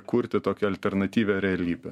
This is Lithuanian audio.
kurti tokią alternatyvią realybę